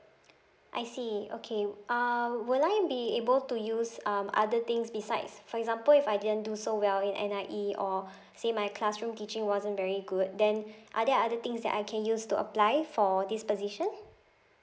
I see okay uh will I be able to use um other things besides for example if I didn't do so well in N_I_E or say my classroom teaching wasn't very good then are there other things that I can use to apply for this position